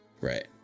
Right